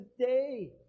today